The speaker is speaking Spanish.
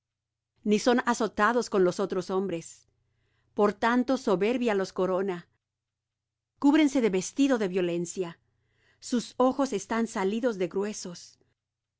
ni son azotados con los otros hombres por tanto soberbia los corona cúbrense de vestido de violencia sus ojos están salidos de gruesos